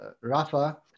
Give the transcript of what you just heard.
rafa